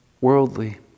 worldly